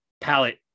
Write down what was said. palette